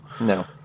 No